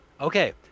Okay